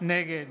נגד